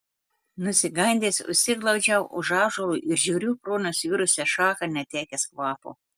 nusigandęs užsiglaudžiau už ąžuolo ir žiūriu pro nusvirusią šaką netekęs kvapo